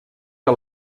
que